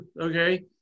okay